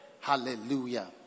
Hallelujah